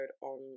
on